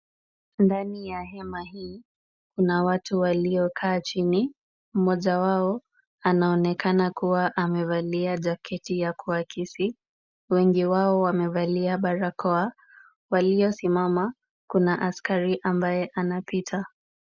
Ndani ya hema hii kuna watu waliokaa chini. Mmoja wao anaonekana kuwa amevalia jaketi ya kuakisi. Wengi wao wamevalia barakoa. Waliosimama kuna askari ambaye anapita.